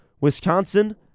Wisconsin